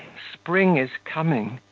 spring is coming!